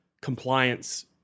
compliance